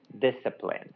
discipline